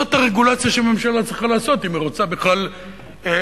זאת הרגולציה שהממשלה צריכה לעשות אם היא רוצה בכלל למשול.